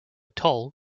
toll